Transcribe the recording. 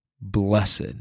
Blessed